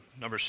number